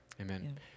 Amen